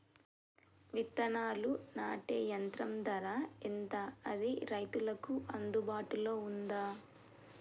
విత్తనాలు నాటే యంత్రం ధర ఎంత అది రైతులకు అందుబాటులో ఉందా?